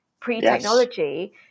pre-technology